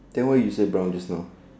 then why you say brown just now